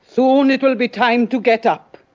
so and it will be time to get up.